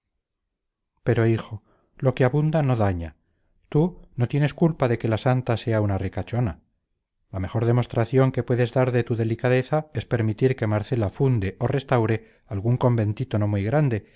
pero hijo lo que abunda no daña tú no tienes culpa de que la santa sea una ricachona la mejor demostración que puedes dar de tu delicadeza es permitir que marcela funde o restaure algún conventito no muy grande